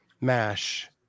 mash